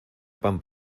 pan